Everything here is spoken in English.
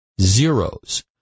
zeros